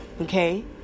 Okay